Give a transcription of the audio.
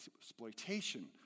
exploitation